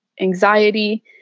anxiety